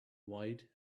white